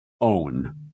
own